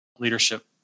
leadership